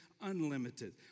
unlimited